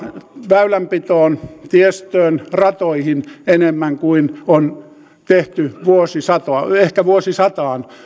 väylänpitoon tiestöön ratoihin enemmän kuin on tehty ehkä vuosisataan